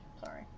Sorry